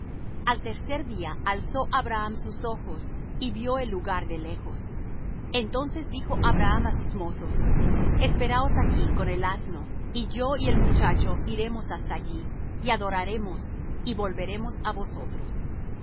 al tercer día alzó abraham sus ojos y vió el lugar de lejos entonces dijo abraham á sus mozos esperaos aquí con el asno y yo y el muchacho iremos hasta allí y adoraremos y volveremos á vosotros